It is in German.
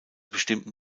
bestimmten